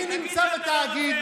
מי נמצא בתאגיד,